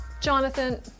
Jonathan